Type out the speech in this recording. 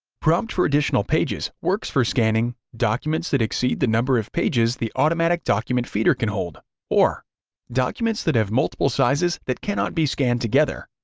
prompt for additional pages works for scanning documents that exceed the number of pages the automatic document feeder can hold, or documents that have multiple sizes that cannot be scanned together.